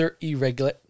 irregular